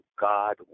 God